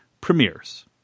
premieres